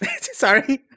Sorry